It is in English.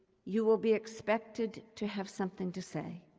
you will be expected to have something to say,